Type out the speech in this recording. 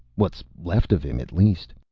what's left of him, at least.